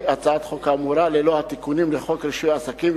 את הצעת החוק האמורה ללא התיקונים לחוק רישוי עסקים,